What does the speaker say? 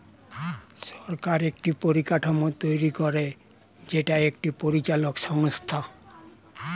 সরকার একটি পরিকাঠামো তৈরী করে যেটা একটি পরিচালক সংস্থা